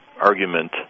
argument